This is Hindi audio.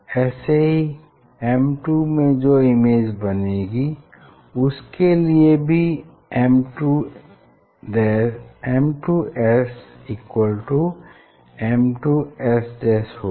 ऐसे ही M2 में जो इमेज बनेगी उसके लिए भी M2SM2S होगा